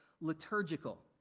liturgical